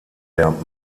der